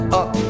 up